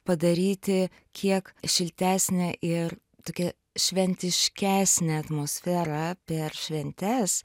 padaryti kiek šiltesnę ir tokią šventiškesnę atmosferą per šventes